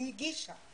היא הגישה.